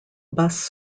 bus